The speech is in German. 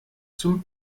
zum